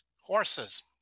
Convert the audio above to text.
horses